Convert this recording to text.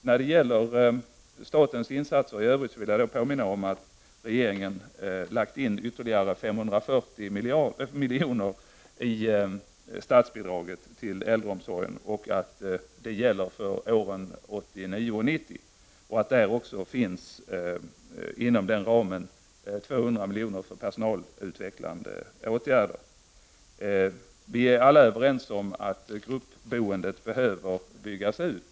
När det gäller statens insatser i övrigt vill jag påminna om att regeringen har lagt till 540 miljoner till statsbidraget till äldreomsorgen och att det gäller för åren 1989 och 1990. Inom den ramen finns också 200 miljoner för personalutvecklande åtgärder. Vi är alla överens om att gruppboendet behöver byggas ut.